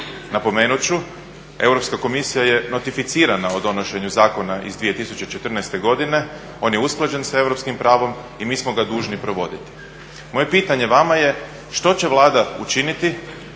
Napomenut ću, Europska komisija je notificirana o donošenju zakona iz 2014.godine, on je usklađen sa europskim pravom i mi smo ga dužni provoditi. Moje pitanje vama je, što će Vlada učiniti